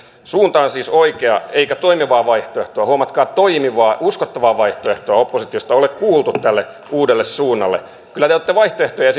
suunta on siis oikea eikä toimivaa vaihtoehtoa huomatkaa toimivaa uskottavaa vaihtoehtoa oppositiosta ole kuultu tälle uudelle suunnalle kyllä te olette vaihtoehtoja